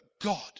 God